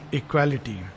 equality �